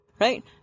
Right